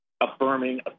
affirming